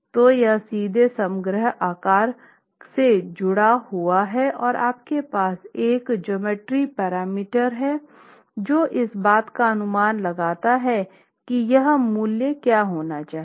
तो यह सीधे समग्र आकार से जुड़ा हुआ है और आपके पास एक ज्यामितीय पैरामीटर है जो इस बात का अनुमान लगाता है की यह मूल्य क्या होना चाहिए